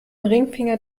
ringfinger